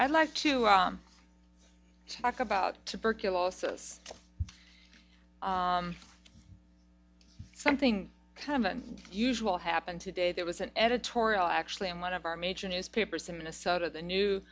i'd like to talk about tuberculosis something kind of an usual happened today there was an editorial actually in one of our major newspapers in minnesota the new